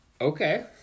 Okay